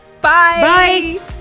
Bye